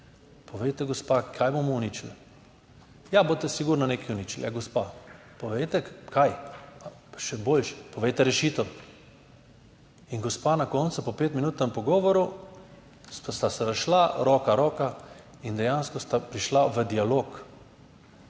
povejte gospa, kaj bomo uničili? Ja boste sigurno nekaj uničili. Ja gospa povejte kaj pa še boljše povejte rešitev." In gospa na koncu, po pet minutnem pogovoru sta se razšla roka, roka in dejansko sta prišla v dialog.